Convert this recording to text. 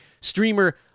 streamer